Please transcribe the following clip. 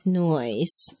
noise